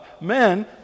Men